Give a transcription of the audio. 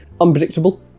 unpredictable